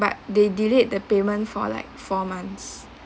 but they delayed the payment for like four months